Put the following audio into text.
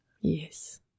Yes